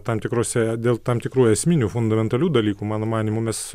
tam tikrose dėl tam tikrų esminių fundamentalių dalykų mano manymu mes